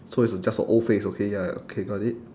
so it's a just a O face okay ya ya okay got it